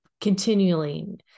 continuing